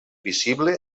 visible